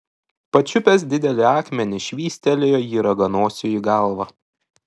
pačiupęs didelį akmenį švystelėjo jį raganosiui į galvą